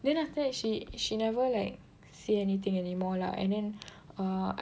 then after that she she never like say anything anymore lah and then err